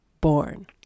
born